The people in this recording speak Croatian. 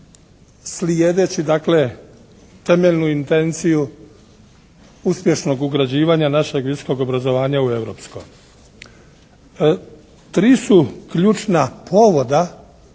slijedeći dakle temeljnu intenciju uspješnog ugrađivanja našeg visokog obrazovanja u europsko. Tri su ključna povoda